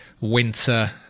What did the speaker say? winter